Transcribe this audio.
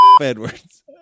Edwards